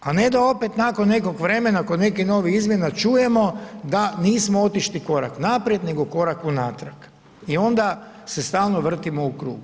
A ne da opet nakon nekog vremena kod nekih novih izmjena čujemo da nismo otišli korak naprijed nego korak unatrag i onda se stalno vrtimo u krug.